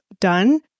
done